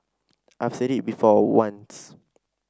I've said it before once